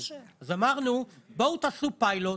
אמרנו, בואו תעשו פיילוט